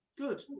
Good